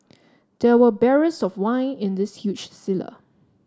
there were barrels of wine in the huge cellar